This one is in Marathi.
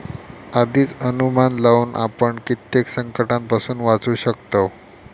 आधीच अनुमान लावुन आपण कित्येक संकंटांपासून वाचू शकतव